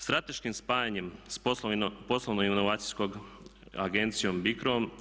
Strateškim spajanjem s poslovno-inovacijskom agencijom BICRO-om.